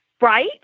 Right